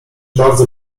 bardzo